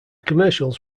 commercials